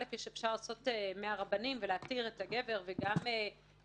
אפשר לעשות מאה רבנים ולאפשר לגבר לשאת